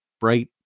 bright